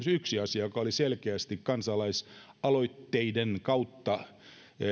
yksi asia joka on selkeästi kansalaisaloitteiden kautta